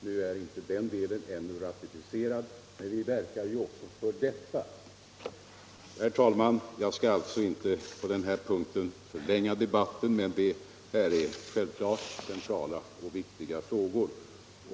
Den delen är ännu inte ratificerad, men vi verkar också för detta. Herr talman! Jag skall inte förlänga debatten på denna punkt. Men det är självfallet centrala och viktiga frågor.